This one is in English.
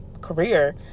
career